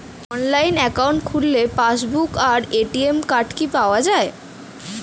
Online account খুললে passbook আর ATM card কি পাওয়া যায়?